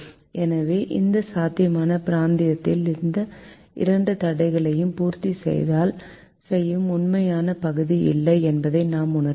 எனவே இந்த சாத்தியமான பிராந்தியத்தில் இந்த இரண்டு தடைகளையும் பூர்த்தி செய்யும் உண்மையான பகுதி இல்லை என்பதை நாம் உணர்கிறோம்